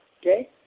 Okay